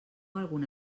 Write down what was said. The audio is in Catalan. alguna